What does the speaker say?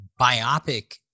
biopic